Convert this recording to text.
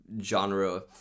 genre